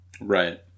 right